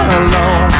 alone